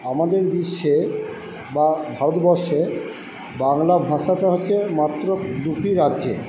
আমাদের বিশ্বে বা ভারতবর্ষের বাংলা ভাষাটা হচ্ছে মাত্র দুটি রাজ্যে